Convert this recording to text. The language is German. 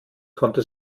konnte